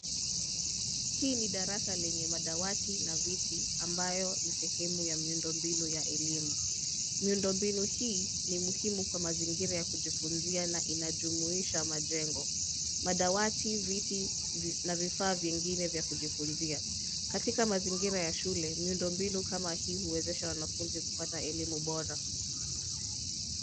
Hii ni darasa lenye madawati na viti amayo ni sehemu ya miundo mbinu ya elimu. Miundo mbinu hii ni muhimu kwa mazingira ya kujifundisha na inajumuisha majengo. Madawati, viti na vifaa vingine vya kujifunzia. Katika mazingira ya shule, miundo mbinu kama hii huwezesha wanafunzi kupata elimu bora.